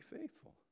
faithful